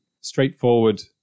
straightforward